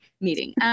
meeting